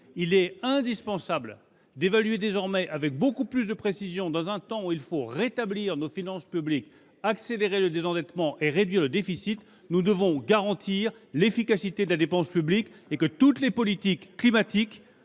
indispensable d’évaluer nos politiques avec beaucoup plus de précision, à l’heure où il nous faut rétablir nos finances publiques, accélérer notre désendettement et réduire le déficit. Nous devons garantir l’efficacité de la dépense publique : toutes les politiques climatiques